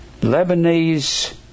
Lebanese